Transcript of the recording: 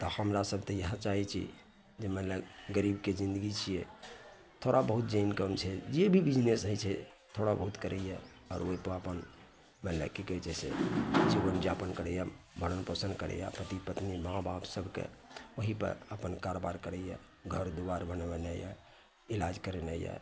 तऽ हमरा सभ तऽ इहए चाहैत छी जे मानि लिअ गरीबके जिन्दगी छियै थोड़ा बहुत जे इनकम छै जे भी बिजनेस हइ छै थोड़ा बहुत करैए आओर ओहिपर अपन पहिले की कहै छै से जीवन यापन करैए भरण पोषण करैए पति पत्नी माँ बाप सभके ओहि पर अपन कारबार करैए घर दुआर बनबेने यऽ इलाज करेनाइ यऽ